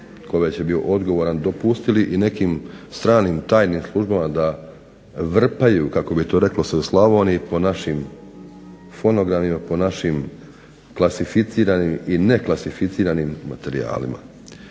tko bio odgovoran dopustili i nekim stranim tajnim službama da vrpaju kako bi se to reklo u Slavoniji po našim fonogramima po našim klasificiranim i ne klasificiranim materijalima.